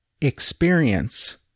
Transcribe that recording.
experience